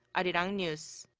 arirang news.